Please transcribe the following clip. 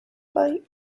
bite